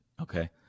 Okay